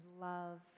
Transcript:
love